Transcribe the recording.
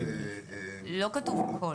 לא כתוב 'כל'.